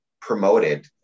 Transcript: promoted